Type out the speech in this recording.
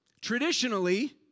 traditionally